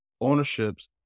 ownerships